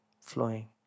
flowing